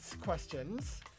questions